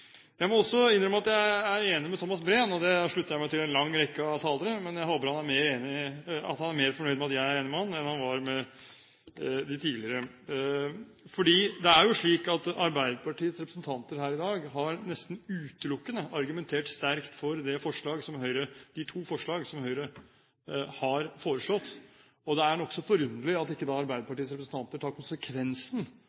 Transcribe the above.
Jeg må også innrømme at jeg er enig med Thomas Breen, og der slutter jeg meg til en lang rekke av talere. Men jeg håper han er mer fornøyd med at jeg er enig med ham enn han var med de tidligere. For Arbeiderpartiets representanter her i dag har nesten utelukkende argumentert sterkt for de to forslagene som Høyre har fremmet. Det er nokså forunderlig at ikke